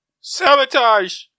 Sabotage